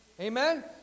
amen